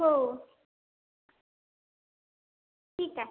हो ठीक आहे